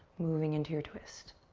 moving into your twist.